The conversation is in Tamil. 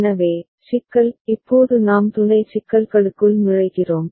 எனவே சிக்கல் இப்போது நாம் துணை சிக்கல்களுக்குள் நுழைகிறோம்